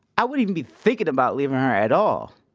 i wouldn't even be thinking about leaving her at all.